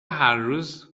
هرروز